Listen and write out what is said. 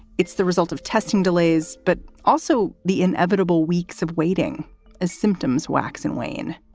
it's the result of testing delays, but also the inevitable weeks of waiting as symptoms wax and wane.